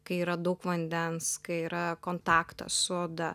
kai yra daug vandens kai yra kontaktas su oda